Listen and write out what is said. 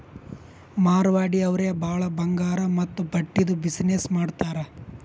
ಮಾರ್ವಾಡಿ ಅವ್ರೆ ಭಾಳ ಬಂಗಾರ್ ಮತ್ತ ಬಟ್ಟಿದು ಬಿಸಿನ್ನೆಸ್ ಮಾಡ್ತಾರ್